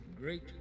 great